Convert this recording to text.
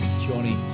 Johnny